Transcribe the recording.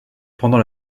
pendant